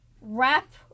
wrap